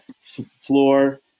floor